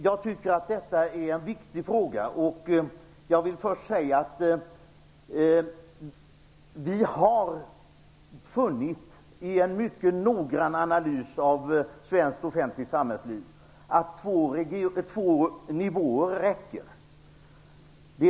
Jag tycker att detta är en viktig fråga och jag vill först säga att vi i en mycket noggrann analys av svenskt offentligt samhällsliv har funnit att två nivåer räcker.